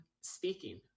speaking